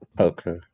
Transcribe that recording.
Okay